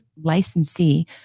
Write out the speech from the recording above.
licensee